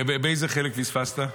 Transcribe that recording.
ואיזה חלק פספסת?